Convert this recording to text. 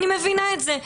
אני מבינה את זה.